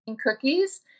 cookies